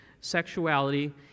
sexuality